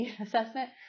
assessment